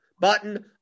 button